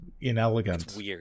inelegant